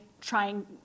trying